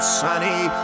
sunny